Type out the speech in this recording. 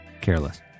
Careless